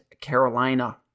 Carolina